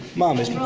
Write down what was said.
mum, is. but